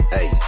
Hey